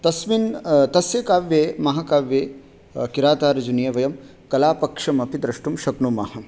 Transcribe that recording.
तस्मिन् तस्य काव्ये महाकाव्ये किरातार्जुनीये वयं कलापक्षमपि द्रष्टुं शक्नुमः